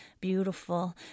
beautiful